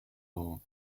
law